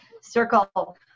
circle